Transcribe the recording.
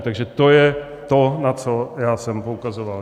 Takže to je to, na co já jsem poukazoval.